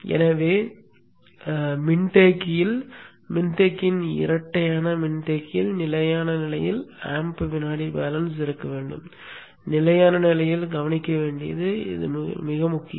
எனவே மின்தேக்கியில் மின்தேக்கியின் இரட்டையான மின்தேக்கியில் நிலையான நிலையில் ஆம்ப் வினாடி பேலன்ஸ் இருக்க வேண்டும் நிலையான நிலையில் கவனிக்க வேண்டியது மிகவும் முக்கியம்